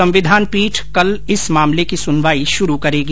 संविधान पीठ कल से इस मामले की सुनवाई शुरू करेगी